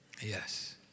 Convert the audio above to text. Yes